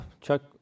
Chuck